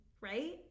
right